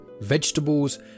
Vegetables